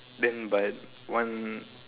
then but one